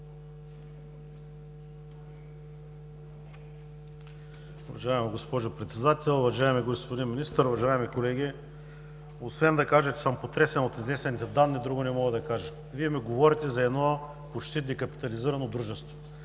Уважаема госпожо Председател, уважаеми господин Министър, уважаеми колеги! Освен да кажа, че съм потресен от изнесените данни, друго не мога да кажа. Вие ми говорите за едно почти декапитализирано дружество.